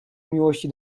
miłości